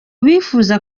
bifuza